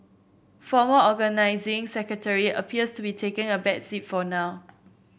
former Organising Secretary appears to be taking a back seat for now